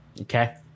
Okay